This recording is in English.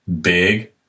big